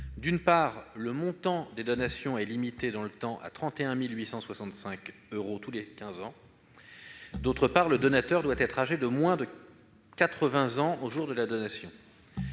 d'une part, le montant des donations est limité dans le temps à 31 865 euros tous les quinze ans ; d'autre part, le donateur doit être âgé de moins de 80 ans au jour de la donation.